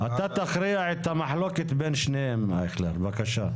אתה תכריע את המחלוקת בין שניהם, אייכלר, בבקשה.